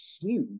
huge